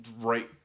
right